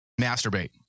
Masturbate